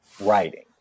writing